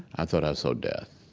i thought i saw death.